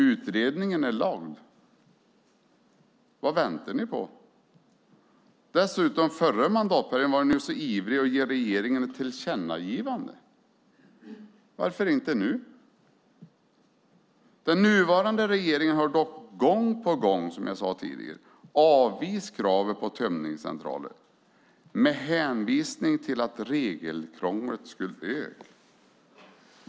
Utredningen är framlagd. Vad väntar ni på? Dessutom var ni så ivriga förra mandatperioden att ge regeringen ett tillkännagivande. Varför inte nu? Den nuvarande regeringen har dock gång på gång, som jag sade tidigare, avvisat kraven på tömningscentraler med hänvisning till att regelkrånglet skulle öka.